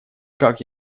как